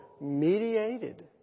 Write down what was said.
mediated